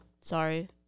sorry